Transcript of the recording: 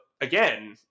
again